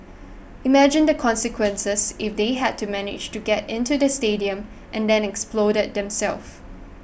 imagine the consequences if they had managed to get into the stadium and then exploded themselves